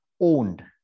owned